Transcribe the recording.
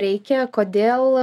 reikia kodėl